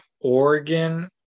Oregon